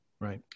Right